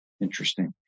Interesting